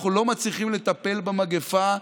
אנחנו לא מצליחים לטפל במגפה,